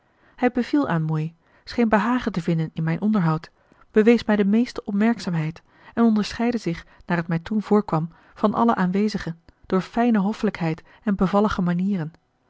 hij beviel aan moei scheen behagen te vinden in mijn onderhoud bewees mij de meeste opmerkzaamheid en onderscheidde zich naar het mij toen voorkwam van alle aanwezigen door fijne hoffelijkheid en bevallige manieren